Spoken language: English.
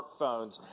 smartphones